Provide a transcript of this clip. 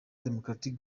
democratic